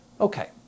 Okay